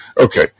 Okay